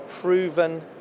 proven